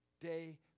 day